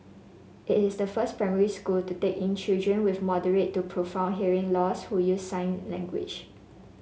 it is the first primary school to take in children with moderate to profound hearing loss who use sign language